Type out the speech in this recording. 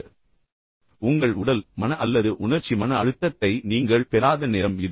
எனவே உங்கள் உடல் மன அல்லது உணர்ச்சி மன அழுத்தத்தை நீங்கள் பெறாத நேரம் இது